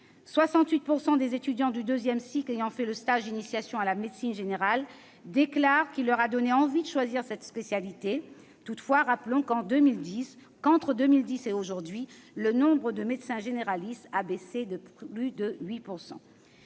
68 % des étudiants de deuxième cycle ayant fait le stage d'initiation à la médecine générale déclarent que celui-ci leur a donné envie de choisir cette spécialité. Rappelons toutefois qu'entre 2010 et aujourd'hui le nombre de médecins généralistes a baissé de près de 8 %.